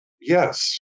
Yes